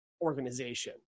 organization